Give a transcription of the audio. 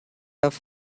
off